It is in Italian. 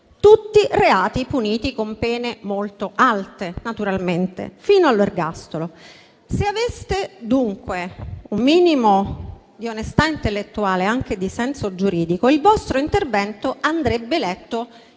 tutti reati puniti con pene molto alte, naturalmente, fino all'ergastolo. Se aveste, dunque, un minimo di onestà intellettuale e anche di senso giuridico, il vostro intervento andrebbe letto